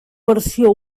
versió